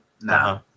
no